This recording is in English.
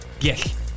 Yes